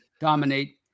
dominate